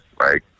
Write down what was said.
right